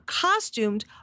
costumed